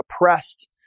oppressed